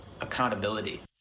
accountability